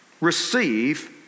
receive